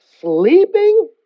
sleeping